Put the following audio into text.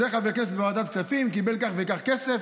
חבר כנסת בוועדת כספים קיבל כך וכך כסף.